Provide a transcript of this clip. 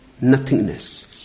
nothingness